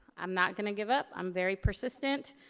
i'm not gonna give up, i'm very persistent.